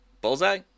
Bullseye